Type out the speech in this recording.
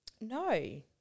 No